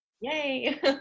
Yay